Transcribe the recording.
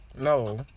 No